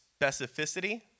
specificity